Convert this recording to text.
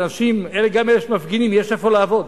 גם כשיש מפגינים, יש איפה לעבוד,